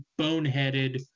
boneheaded –